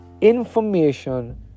information